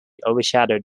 overshadowed